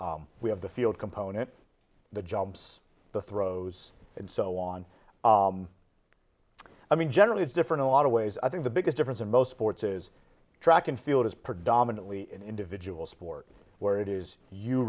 we have the field component the jumps the throws and so on i mean generally it's different a lot of ways i think the biggest difference in most sports is track and field is predominantly an individual sport where it is you